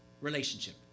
relationship